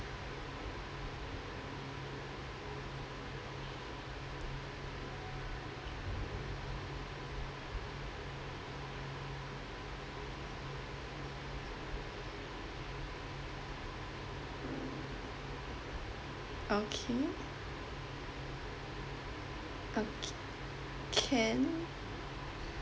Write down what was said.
okay okay can